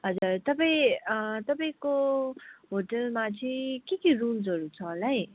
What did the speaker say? हजुर तपाईँ तपाईँको होटलमा चाहिँ के के रूम्सहरू छ होला है